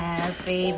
Happy